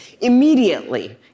Immediately